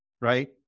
right